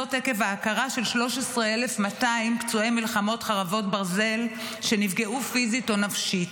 זאת עקב ההכרה ב-13,200 פצועי מלחמות חרבות ברזל שנפגעו פיזית או נפשית.